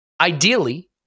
ideally